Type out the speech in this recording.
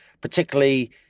particularly